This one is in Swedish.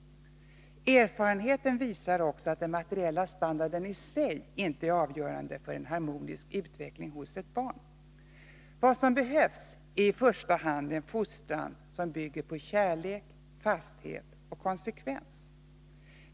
Erfarenheten visar också att den materiella standarden i sig inte är avgörande för en harmonisk utveckling hos ett barn. Vad som behövs är i första hand en fostran som bygger på kärlek, fasthet och konsekvens.